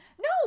no